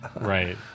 Right